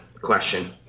question